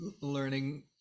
learning